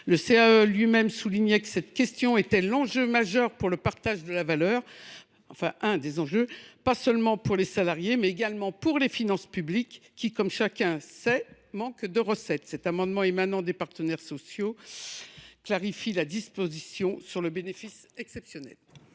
Le CAE lui même soulignait que cette question était l’un des enjeux majeurs pour le partage de la valeur, pas seulement pour les salariés, mais également pour les finances publiques, qui, comme le chacun sait, manquent de recettes. Cet amendement émanant des partenaires sociaux vise à clarifier la disposition sur le bénéfice exceptionnel.